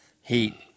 heat